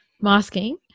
masking